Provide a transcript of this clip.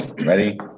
Ready